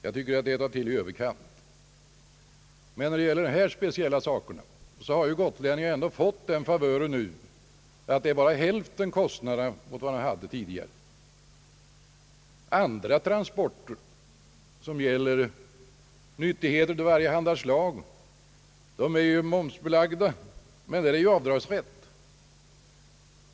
Jag tycker det är att ta till i överkant. I de här speciella frågorna har gotlänningarna nu fått den favören att kostnaderna bara blir hälften mot vad de var tidigare. Andra transporter, som gäller nyttigheter av varjehanda slag, är ju momsbelagda, men här finns avdragsrätt.